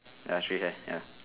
ya three hair ya